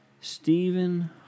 Stephen